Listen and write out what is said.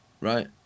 right